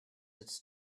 it’s